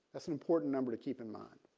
that's an important number to keep in mind.